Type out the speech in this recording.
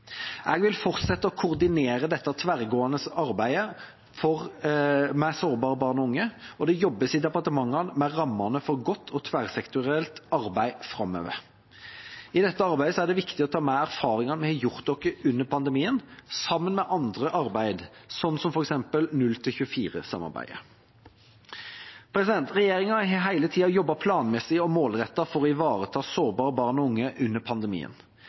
Jeg vil fortsette å koordinere dette tverrgående arbeidet med sårbare barn og unge, og det jobbes i departementene med rammene for godt og tverrsektorielt arbeid framover. I dette arbeidet er det viktig å ta med erfaringene vi har gjort oss under pandemien, sammen med andre arbeid, som f.eks. 0–24-samarbeidet. Regjeringa har hele tida jobbet planmessig og målrettet for å ivareta sårbare barn og unge under pandemien.